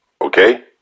Okay